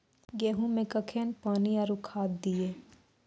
गेहूँ मे कखेन पानी आरु खाद दिये?